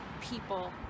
people